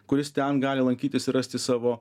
kuris ten gali lankytis ir rasti savo